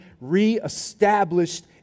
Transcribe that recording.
reestablished